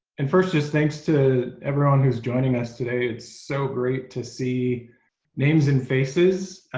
and first just thanks to everyone who's joining us today. it's so great to see names and faces.